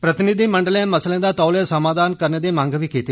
प्रतिनिधिमंडलें मसलें दा तौले समाघान करने दी मंग कीती